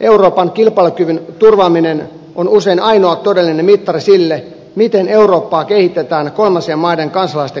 euroopan kilpailukyvyn turvaaminen on usein ainoa todellinen mittari sille miten eurooppaa kehitetään kolmansien maiden kansalaisten kustannuksella